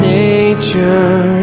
nature